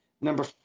number